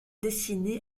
dessinée